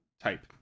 type